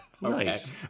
Nice